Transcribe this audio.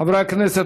חברי הכנסת,